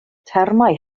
termau